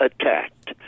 attacked